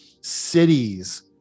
cities